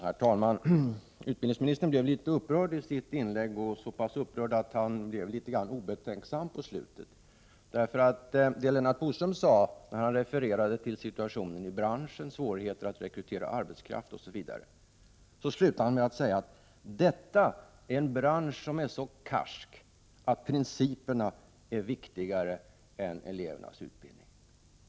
Herr talman! Utbildningsministern blev litet upprörd i sitt inlägg, och han blev så pass upprörd att han blev litet obetänksam mot slutet. Lennart Bodström refererade till situationen inom branschen, svårigheter att rekrytera arbetskraft osv. och han avslutade med att säga att detta är en bransch som är så karsk att principerna är viktigare än elevernas utbildning.